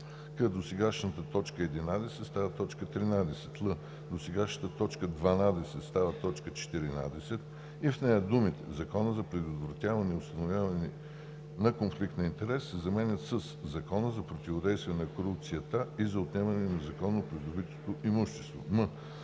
к) досегашната т. 11 става т. 13; л) досегашната т. 12 става т. 14 и в нея думите „Закона за предотвратяване и установяване на конфликт на интереси“ се заменят със „Закона за противодействие на корупцията и за отнемане на незаконно придобитото имущество“;